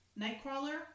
Nightcrawler